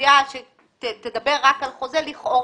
נחשפים לאקדמיה.